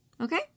Okay